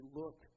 look